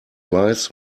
weiß